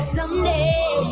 Someday